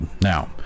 Now